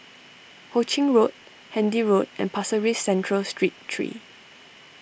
Ho Ching Road Handy Road and Pasir Ris Central Street three